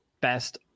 best